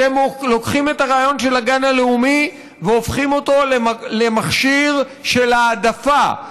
אתם לוקחים את הרעיון של הגן הלאומי והופכים אותו למכשיר של העדפה,